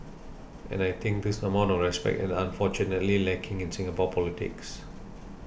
and I think this amount of respect is unfortunately lacking in Singapore politics